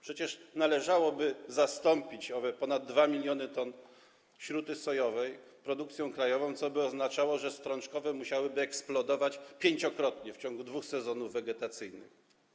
Przecież należałoby zastąpić owe ponad 2 mln t śruty sojowej produkcją krajową, co by oznaczało, że strączkowe musiałyby eksplodować pięciokrotnie w ciągu dwóch sezonów wegetacyjnych.